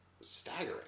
staggering